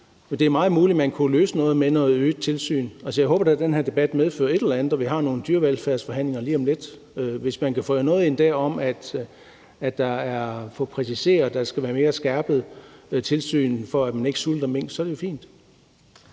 Det er meget muligt, at man kunne løse noget med et øget tilsyn; altså, jeg håber da, at den her debat medfører et eller andet. Vi har nogle dyrevelfærdsforhandlinger lige om lidt, og hvis man kan få noget ind dér om, at man skal præcisere, at der skal være et skærpet tilsyn, for at man ikke sulter mink, så er det fint.